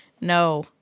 No